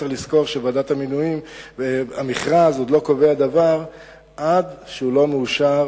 צריך לזכור שהמכרז לא קובע דבר עד שהוא לא מאושר